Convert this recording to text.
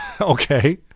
Okay